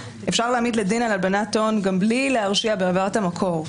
אפשר להעמיד לדין על הלבנת הון גם בלי להרשיע בעבירת המקור.